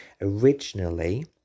originally